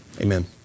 Amen